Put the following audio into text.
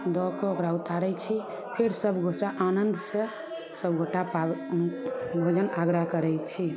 दऽ कऽ ओकरा उतारै छी फेर सब गोटा आनन्द सऽ सब गोटा पाबै भोजन आग्रह करै छी